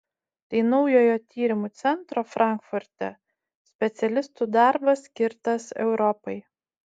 tai naujojo tyrimų centro frankfurte specialistų darbas skirtas europai